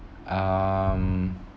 um